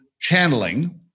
channeling